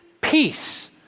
peace